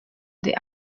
the